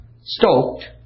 stoked